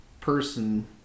person